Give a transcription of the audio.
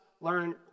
learn